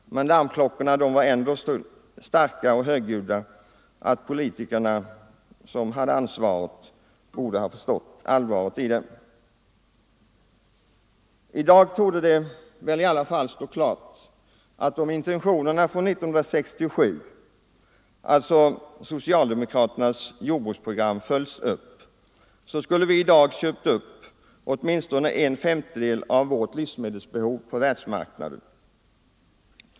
Men larmklockorna var ändå så starka och högljudda att de politiker som hade ansvaret borde ha förstått allvaret i varningarna. I dag torde det väl i alla fall stå klart att om intentionerna från 1967 = alltså socialdemokraternas jordbruksprogram — följts upp, så skulle vi i dag behövt täcka åtminstone en femtedel av vårt livsmedelsbehov på världsmarknaden.